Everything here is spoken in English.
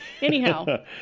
Anyhow